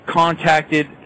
contacted